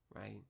right